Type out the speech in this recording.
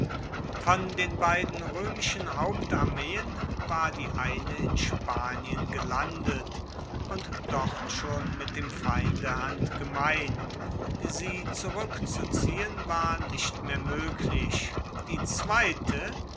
von den beiden roemischen hauptarmeen war die eine in spanien gelandet und dort schon mit dem feinde handgemein sie zurueckzuziehen war nicht mehr moeglich die zweite